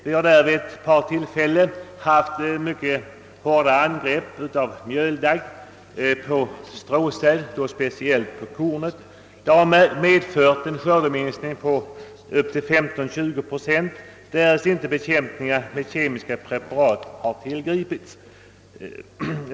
Vi har där vid ett par tillfällen haft mycket svåra angrepp av mjöldagg på stråsäd och speciellt kornet. De har medfört en skördeminskning på upp till 15—20 procent därest inte bekämpning med kemiska preparat har tillgripits.